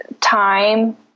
time